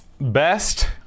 Best